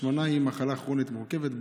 השמנה היא מחלה כרונית מורכבת,